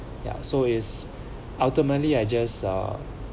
ya so it's ultimately I just uh